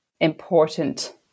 important